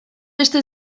beste